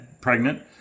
pregnant